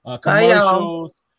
commercials